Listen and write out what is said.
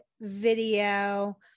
video